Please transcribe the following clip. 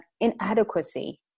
inadequacy